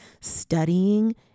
studying